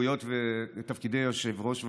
לשגרירויות ולתפקידי יושב-ראש ועדה,